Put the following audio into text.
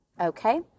Okay